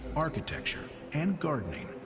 architecture, and gardening,